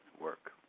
work